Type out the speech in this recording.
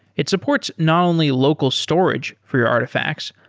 it supports not only local storage for your artifacts,